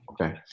Okay